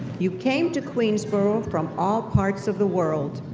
you came to queensborough from all parts of the world,